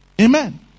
Amen